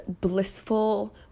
blissful